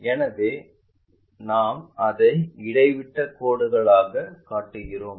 எனவே நாங்கள் அதை இடைவிட்டக் கோடுகளாக காட்டுகிறோம்